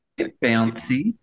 bouncy